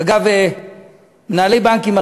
אגב מנהלי בנקים,